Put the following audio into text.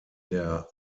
der